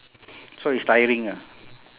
so it's tiring ah